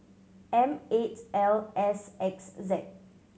M eight L S X Z